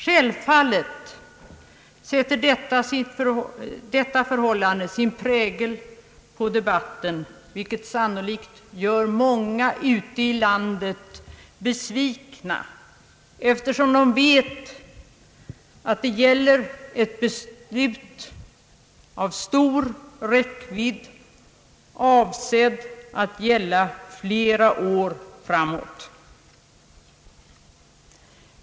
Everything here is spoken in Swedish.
Självfallet sätter detta förhållande sin prägel på debatten, vilket sannolikt gör många ute i landet besvikna, eftersom de vet att det här gäller beslut av stor räckvidd avsedda att gälla flera år framåt.